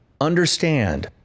Understand